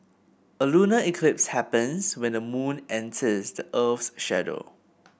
a lunar eclipse happens when the moon enters the earth's shadow